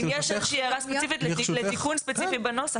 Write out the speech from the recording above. אם יש איזושהי הערה ספציפית לתיקון ספציפי בנוסח,